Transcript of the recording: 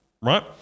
right